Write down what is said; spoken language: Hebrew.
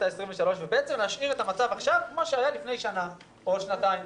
העשרים ושלוש ולהשאיר את המצב עכשיו כפי שהיה לפני שנה או שנתיים,